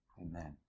Amen